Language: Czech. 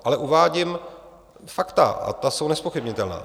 Ale uvádím fakta a ta jsou nezpochybnitelná.